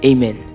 Amen